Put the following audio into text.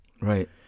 Right